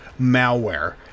malware